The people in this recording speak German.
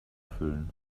füllen